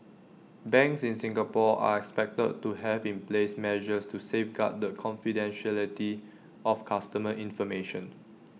banks in Singapore are expected to have in place measures to safeguard the confidentiality of customer information